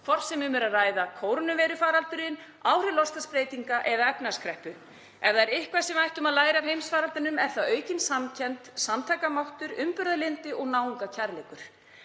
hvort sem um er að ræða kórónuveirufaraldurinn, áhrif loftslagsbreytinga eða efnahagskreppu. Ef það er eitthvað sem við ættum að læra af heimsfaraldrinum er það aukin samkennd, samtakamáttur, umburðarlyndi og náungakærleikur.